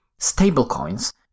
Stablecoins